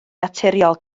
naturiol